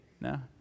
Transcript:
No